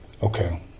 Okay